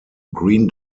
green